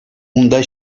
унта